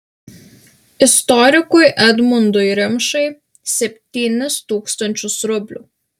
istorikui edmundui rimšai septynis tūkstančius rublių